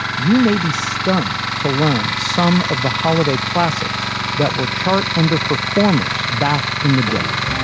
you may be stunned to learn some of the holiday classics that were chart underperformers back in the day